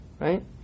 right